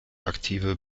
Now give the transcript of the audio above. aktive